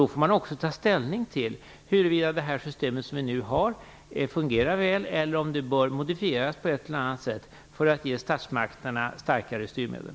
Då får man också ta ställning till huruvida det system som vi nu har fungerar väl eller om det bör modifieras på ett eller annat sätt för att ge statsmakterna starkare styrmedel.